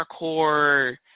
hardcore